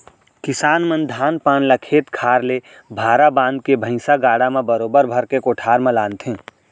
किसान मन धान पान ल खेत खार ले भारा बांध के भैंइसा गाड़ा म बरोबर भर के कोठार म लानथें